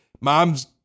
mom's